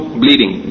bleeding